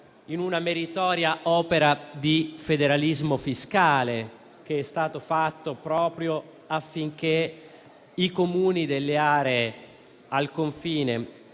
in una meritoria opera di federalismo fiscale, che è stato fatto proprio affinché i Comuni delle aree al confine